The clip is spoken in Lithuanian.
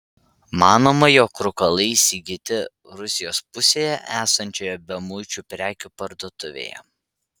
manoma jog rūkalai įsigyti rusijos pusėje esančioje bemuičių prekių parduotuvėje